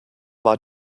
war